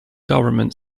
government